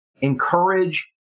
encourage